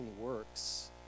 works